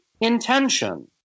intention